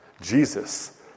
Jesus